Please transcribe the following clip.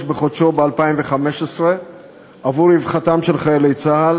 בחודשו ב-2015 עבור רווחתם של חיילי צה"ל,